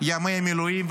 ימי מילואים,